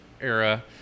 era